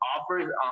offers